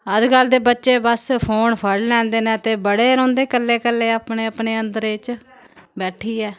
अज्जकल दे बच्चे बस फोन फड़ी लैंदे न ते बड़े रौंह्दे कल्ले कल्ले अपने अपने अंदरै च